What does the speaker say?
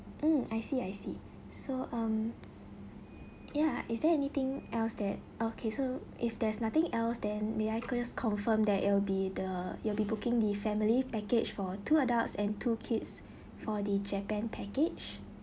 mm I see I see so um ya is there anything else that okay so if there's nothing else than may I confirm that it'll be the you'll be booking the family package for two adults and two kids for the japan package